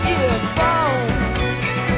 earphones